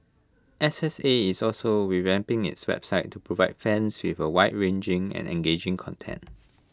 S S A is also revamping its website to provide fans with wide ranging and engaging content